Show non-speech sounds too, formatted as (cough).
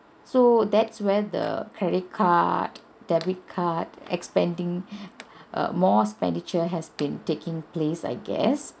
so that's where the credit card debit card expanding (breath) err more expenditure has been taking place I guess